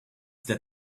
that